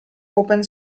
open